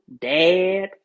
dad